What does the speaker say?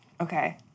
okay